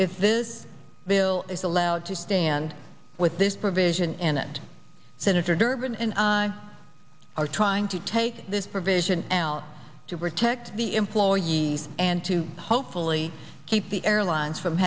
if this bill is allowed to stand with this provision and that senator durbin and i are trying to take this provision out to protect the employees and to hopefully keep the airlines from